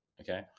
Okay